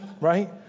right